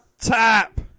Tap